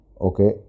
okay